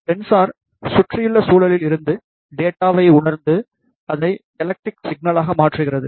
sensor சுற்றியுள்ள சூழலில் இருந்து டேட்டாவை உணர்ந்து அதை எலக்ட்ரிக் சிக்னல்லாக மாற்றுகிறது